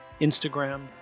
Instagram